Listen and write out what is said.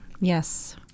Yes